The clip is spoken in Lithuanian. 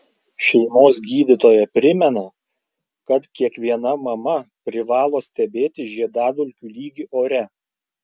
šeimos gydytoja primena kad kiekviena mama privalo stebėti žiedadulkių lygį ore